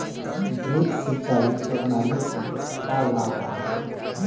Drip सिंचाई प्रणाली के का लाभ ह?